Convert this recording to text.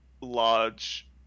large